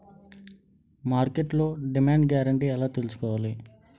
మార్కెట్లో demand guarantee ఎలా తెల్సుకోవాలి?